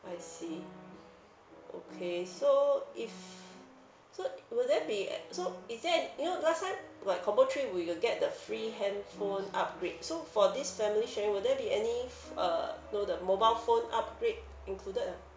I see okay so if so will there be a so is there you know last time like combo three we will get the free handphone upgrade so for this family sharing will there be any f~ uh you know the mobile phone upgrade included ah